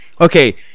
okay